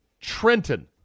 Trenton